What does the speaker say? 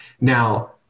Now